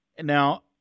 now